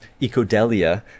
ecodelia